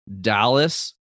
Dallas